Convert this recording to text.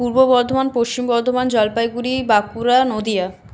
Purba Bardhaman Paschim Bardhaman Jalpaiguri Bankura Nadia